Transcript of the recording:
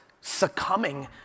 succumbing